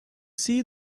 see